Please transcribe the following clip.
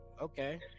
Okay